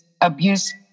abuse